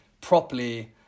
properly